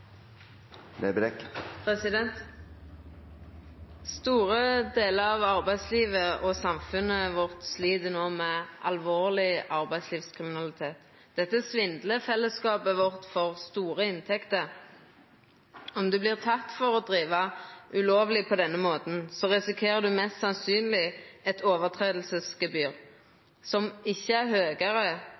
Store delar av arbeidslivet og samfunnet vårt slit no med alvorleg arbeidslivskriminalitet. Dette svindlar fellesskapet vårt for store inntekter. Om ein vert teken for å driva ulovleg på denne måten, risikerer ein mest sannsynleg eit lovbrotsgebyr som ikkje er høgare